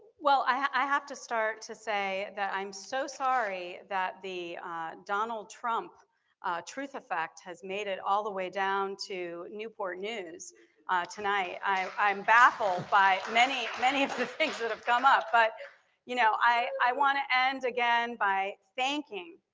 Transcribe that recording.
well i have to start to say that i'm so sorry that the donald trump truth effect has made it all the way down to newport news tonight. i'm baffled by many many of the things that have come up, but you know i wanna end again by thanking,